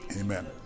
amen